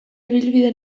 ibilbide